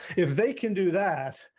if they can do that.